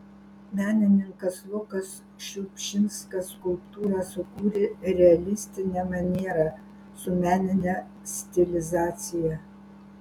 menininkas lukas šiupšinskas skulptūrą sukūrė realistine maniera su menine stilizacija